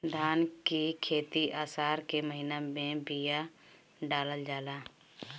धान की खेती आसार के महीना में बिया डालल जाला?